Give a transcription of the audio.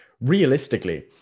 Realistically